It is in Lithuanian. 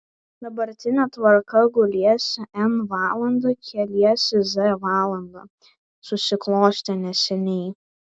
dabartinė tvarka guliesi n valandą keliesi z valandą susiklostė neseniai